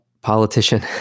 politician